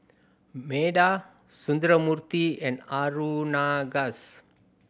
Medha Sundramoorthy and Aurangzeb